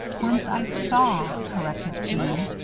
once i saw, corrected jeanne.